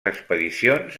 expedicions